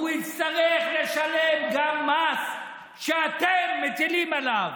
הוא יצטרך לשלם גם מס שאתם מטילים עליו.